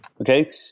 okay